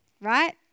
right